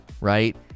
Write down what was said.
right